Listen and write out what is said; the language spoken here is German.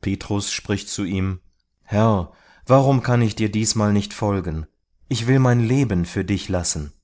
petrus spricht zu ihm herr warum kann ich dir diesmal nicht folgen ich will mein leben für dich lassen